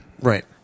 Right